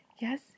Yes